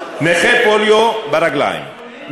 נכה פוליו ברגליים,